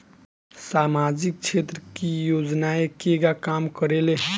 सामाजिक क्षेत्र की योजनाएं केगा काम करेले?